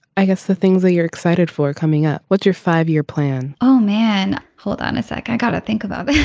i guess the things that you're excited for coming up. what's your five year plan oh man. hold on a second i got to think about.